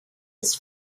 his